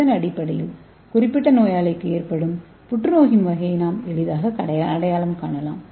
இதன் அடிப்படையில் குறிப்பிட்ட நோயாளிக்கு ஏற்படும் புற்றுநோயின் வகையை நாம் எளிதாக அடையாளம் காணலாம்